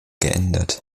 geändert